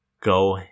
go